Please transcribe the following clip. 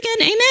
Amen